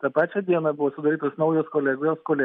tą pačią dieną buvo sudarytos naujos kolegijos